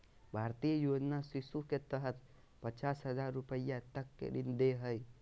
भारतीय योजना शिशु के तहत पचास हजार रूपया तक के ऋण दे हइ